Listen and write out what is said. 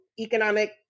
economic